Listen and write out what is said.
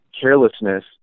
carelessness